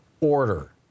Order